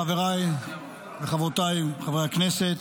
אדוני היושב-ראש, חבריי וחברותיי, חברי הכנסת,